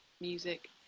music